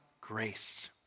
grace